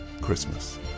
Christmas